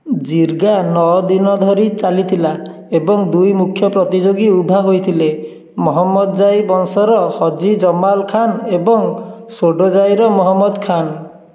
jirga ନଅ ଦିନ ଧରି ଚାଲିଥିଲା ଏବଂ ଦୁଇ ମୁଖ୍ୟ ପ୍ରତିଯୋଗୀ ଉଭା ହୋଇଥିଲେ ମହମ୍ମଦଜାଇ ବଂଶର ହଜି ଜମାଲ ଖାନ ଏବଂ ସୋଡ଼ଜାଇର ଅହମ୍ମଦ ଖାନ